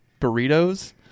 burritos